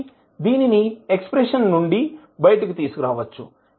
కాబట్టి దీనిని ఎక్స్ప్రెషన్ నుండి బయటకు తీసుకురావచ్చు